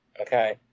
Okay